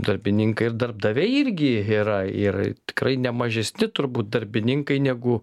darbininkai ir darbdaviai irgi yra ir tikrai nemažesni turbūt darbininkai negu